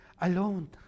alone